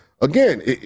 again